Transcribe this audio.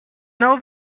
know